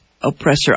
oppressor